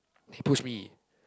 he push me